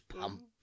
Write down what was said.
Pump